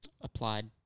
Applied